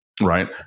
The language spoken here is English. right